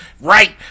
Right